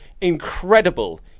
incredible